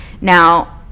Now